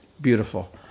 beautiful